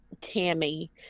Tammy